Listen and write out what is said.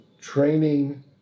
training